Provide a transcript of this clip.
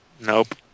Nope